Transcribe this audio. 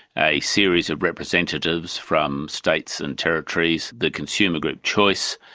a series of representatives from states and territories, the consumer group choice,